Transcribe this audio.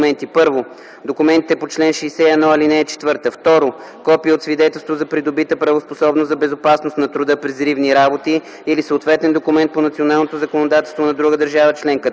1. документите по чл. 61, ал. 4; 2. копие от свидетелство за придобита правоспособност за безопасност на труда при взривни работи или съответен документ по националното законодателство на друга държава членка;